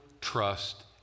trust